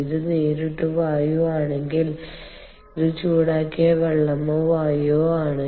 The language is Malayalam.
ഇത് നേരിട്ട് വായു ആണെങ്കിൽ ഇത് ചൂടാക്കിയ വെള്ളമോ വായുവോ ആണ്